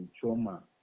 trauma